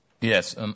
Yes